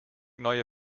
neue